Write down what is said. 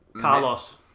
Carlos